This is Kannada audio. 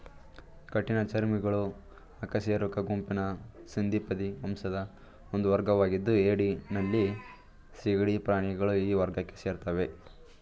ಕಠಿಣ ಚರ್ಮಿಗಳು ಅಕಶೇರುಕ ಗುಂಪಿನ ಸಂಧಿಪದಿ ವಂಶದ ಒಂದು ವರ್ಗವಾಗಿದ್ದು ಏಡಿ ನಳ್ಳಿ ಸೀಗಡಿ ಪ್ರಾಣಿಗಳು ಈ ವರ್ಗಕ್ಕೆ ಸೇರ್ತವೆ